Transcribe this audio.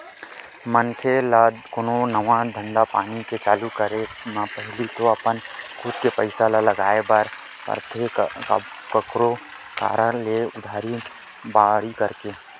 मनखे ल कोनो नवा धंधापानी के चालू करे म पहिली तो अपन खुद के पइसा ल लगाय बर परथे कखरो करा ले उधारी बाड़ही करके